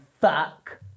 fuck